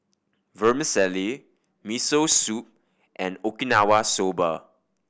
Vermicelli Miso Soup and Okinawa Soba